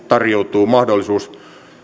tarjoutuu mahdollisuus